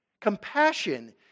Compassion